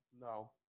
No